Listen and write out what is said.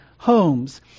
Homes